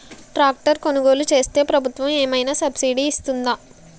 Tractor కొనుగోలు చేస్తే ప్రభుత్వం ఏమైనా సబ్సిడీ ఇస్తుందా?